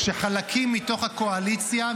כשחלקים מתוך הקואליציה,